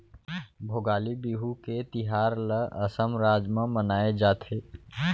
भोगाली बिहू के तिहार ल असम राज म मनाए जाथे